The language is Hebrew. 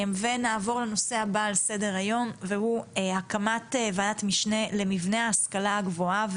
ונעבור לנושא הבא על סדר היום והוא הקמת ועדת משנה למבנה ההשכלה הגבוהה,